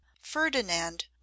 ferdinand